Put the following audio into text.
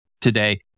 today